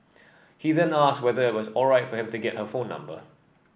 he then asked whether it was alright for him to get her phone number